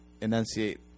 enunciate